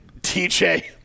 TJ